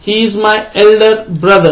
He's my elder brother